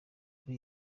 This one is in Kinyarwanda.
muri